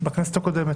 בכנסת הקודמת.